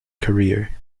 career